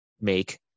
make